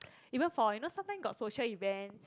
even for you know sometime got social event